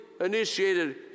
initiated